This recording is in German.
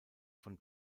von